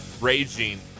raging